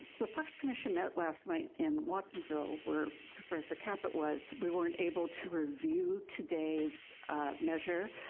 the parks commission met last night in watsonville. where supervisor caput was. we weren't able to review today's measure,